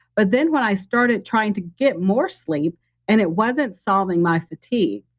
but then, when i started trying to get more sleep and it wasn't solving my fatigue,